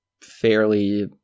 fairly